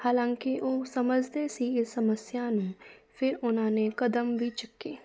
ਹਾਲਾਂਕਿ ਉਹ ਸਮਝਦੇ ਸੀ ਇਸ ਸਮੱਸਿਆ ਨੂੰ ਫਿਰ ਉਹਨਾਂ ਨੇ ਕਦਮ ਵੀ ਚੁੱਕੇ